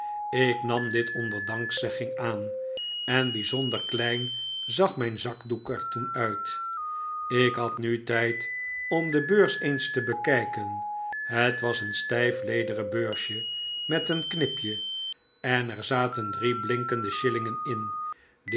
ik nam dit onder dankzegging aan en bijzonder klein zag mijn zakdoek er toen uit ik had nu tijd om de beurs eens te bekijken het was een stijf lederen beursje met een knipje en er zaten drie blinkende shillingen in